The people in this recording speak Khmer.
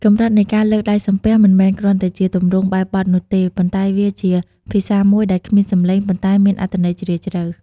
កម្រិតនៃការលើកដៃសំពះមិនមែនគ្រាន់តែជាទម្រង់បែបបទនោះទេ ប៉ុន្តែវាជា ភាសាមួយដែលគ្មានសំឡេង ប៉ុន្តែមានអត្ថន័យជ្រាលជ្រៅ។